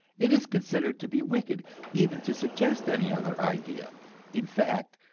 it is considered to be wicked even to suggest any other idea in fact,